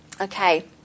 Okay